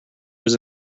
was